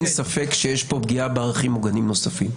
אין ספק שיש פה פגיעה בערכים מוגנים נוספים.